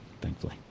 thankfully